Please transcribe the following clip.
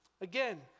Again